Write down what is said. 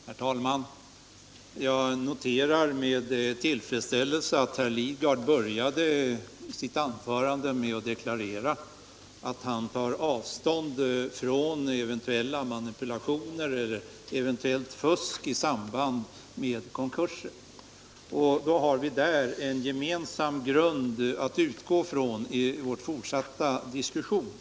Nr 45 Herr talman! Jag noterar med tillfredsställelse att herr Lidgard började Tisdagen den sitt anförande med att deklarera att han tar avstånd från eventuella ma 14 december 1976 nipulationer eller eventuellt fusk i samband med konkurser. Där har vi en gemensam grund att utgå från i vår fortsatta diskussion.